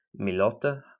Milota